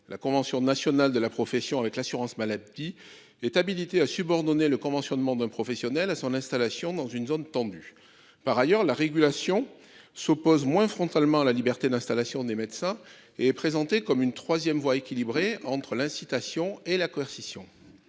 la convention nationale de la profession avec l'assurance maladie est habilitée à subordonner le conventionnement d'un professionnel à son installation dans une zone tendue. Par ailleurs, la régulation, qui s'oppose moins frontalement à la liberté d'installation des médecins, est présentée comme une troisième voie équilibrée entre l'incitation et la coercition.